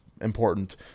important